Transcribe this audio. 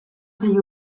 sei